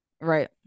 right